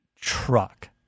truck